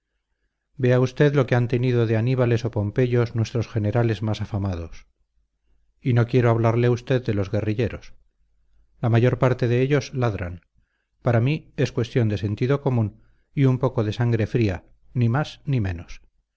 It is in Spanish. vea usted lo que han tenido de aníbales o pompeyos nuestros generales más afamados y no quiero hablarle a usted de los guerrilleros la mayor parte de ellos ladran para mí es cuestión de sentido común y un poco de sangre fría ni más ni menos